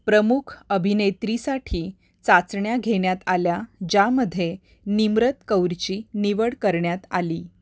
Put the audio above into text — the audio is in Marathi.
प्रमुख अभिनेत्रीसाठी चाचण्या घेण्यात आल्या ज्यामध्ये निम्रत कौरची निवड करण्यात आली